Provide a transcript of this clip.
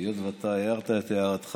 היות שאתה הערת את הערתך,